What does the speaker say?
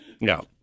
No